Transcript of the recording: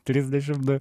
trisdešim du